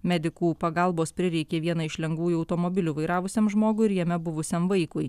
medikų pagalbos prireikė vieną iš lengvųjų automobilių vairavusiam žmogui ir jame buvusiam vaikui